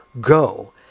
go